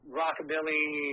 rockabilly